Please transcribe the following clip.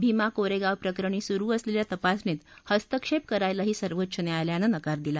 भीमा कोरेगाव प्रकरणी सुरु असलेल्या तपासणीत हस्तक्षेप करायलाही सर्वोच्च न्यायालयानं नकार दिला